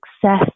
success